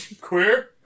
queer